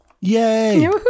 yay